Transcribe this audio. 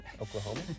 oklahoma